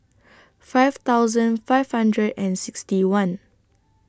five thousand five hundred and sixty one